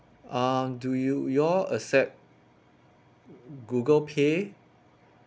um do you you all accept Google pay